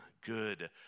Good